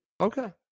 Okay